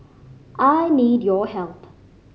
I need your help